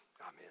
amen